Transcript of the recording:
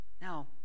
Now